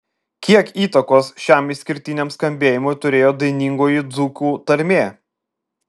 kiek įtakos šiam išskirtiniam skambėjimui turėjo dainingoji dzūkų tarmė